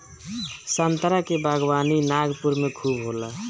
संतरा के बागवानी नागपुर में खूब होला